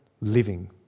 living